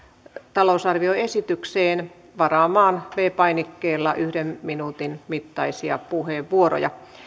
talousarvioesitykseen varaamaan viidennellä painikkeella yhden minuutin mittaisia puheenvuoroja